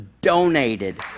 donated